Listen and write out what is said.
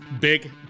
Big